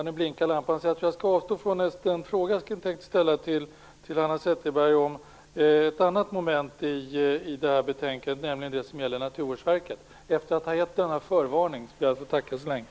Nu blinkar lampan, så jag tror att jag skall avstå från den fråga jag tänkte ställa till Hanna Zetterberg om ett annat moment i betänkandet, nämligen det som gäller Naturvårdsverket. Efter att ha gett denna förvarning ber jag att få tacka så länge.